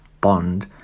Bond